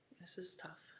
this is tough,